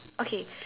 okay